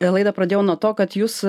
laidą pradėjau nuo to kad jūs